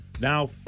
Now